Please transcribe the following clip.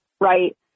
right